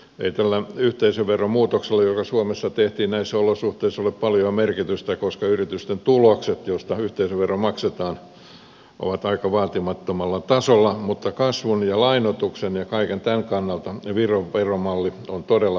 ei tällä yhteisöveron muutoksella joka suomessa tehtiin näissä olosuhteissa ole paljoa merkitystä koska yritysten tulokset joista yhteisövero maksetaan ovat aika vaatimattomalla tasolla mutta kasvun ja lainoituksen ja kaiken tämän kannalta viron veromalli on todella tehokas